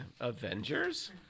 Avengers